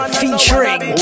featuring